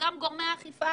אגב, גם גורמי האכיפה.